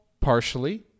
Partially